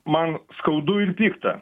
man skaudu ir pikta